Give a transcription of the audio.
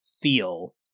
feel